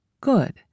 good